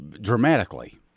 dramatically